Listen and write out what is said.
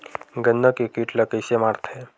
गन्ना के कीट ला कइसे मारथे?